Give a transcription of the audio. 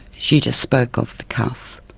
she just spoke off the cuff.